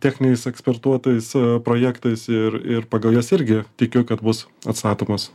techniniais ekspertuotais projektais ir ir pagal jas irgi tikiu kad bus atstatomos